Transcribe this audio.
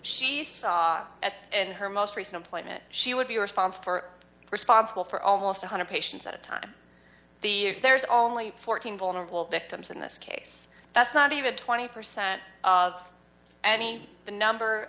she saw at and her most recent appointment she would be response for responsible for almost one hundred patients at a time there's only fourteen vulnerable victims in this case that's not even twenty percent of any the number